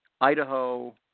Idaho